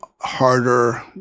harder